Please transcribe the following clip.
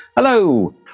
Hello